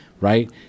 right